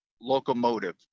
locomotive